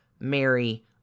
Mary